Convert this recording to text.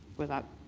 without